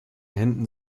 händen